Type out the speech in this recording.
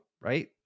right